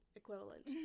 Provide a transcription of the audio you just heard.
equivalent